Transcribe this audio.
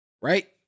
right